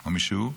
או מישהו,